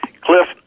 Cliff